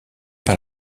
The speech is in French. par